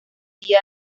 día